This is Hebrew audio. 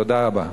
תודה רבה.